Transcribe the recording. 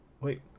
wait